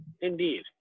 Indeed